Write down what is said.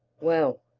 well,